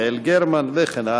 יעל גרמן וכן הלאה,